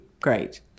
great